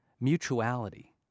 mutuality